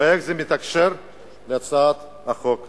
ואיך זה מתקשר להצעת החוק שלי.